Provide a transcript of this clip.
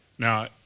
Now